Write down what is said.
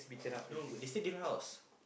no would they stay different house